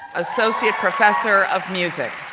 associate professor of music.